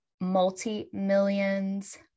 multi-millions